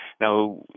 Now